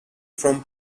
from